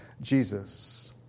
Jesus